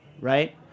right